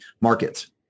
markets